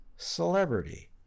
celebrity